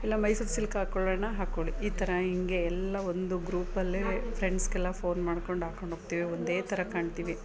ಇಲ್ಲ ಮೈಸೂರು ಸಿಲ್ಕ್ ಹಾಕ್ಕೊಳೋಣ ಹಾಕ್ಕೊಳ್ಳಿ ಈ ಥರ ಹೀಗೆ ಎಲ್ಲ ಒಂದು ಗ್ರೂಪಲ್ಲೇ ಫ್ರೆಂಡ್ಸಿಗೆಲ್ಲ ಫೋನ್ ಮಾಡ್ಕೊಂಡು ಹಾಕ್ಕೊಂಡ್ಹೋಗ್ತೀವಿ ಒಂದೇ ಥರ ಕಾಣ್ತೀವಿ